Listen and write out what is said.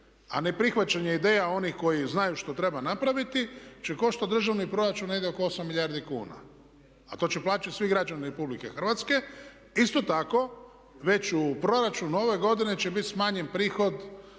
a ne prihvaćanje ideja onih koji znaju što treba napraviti će koštati državni proračun negdje oko 8 milijardi kuna. A to će plaćati svi građani Republike Hrvatske. Isto tako već u proračunu ove godine će biti smanjen prihod